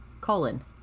Colon